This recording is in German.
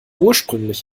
ursprünglich